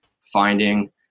finding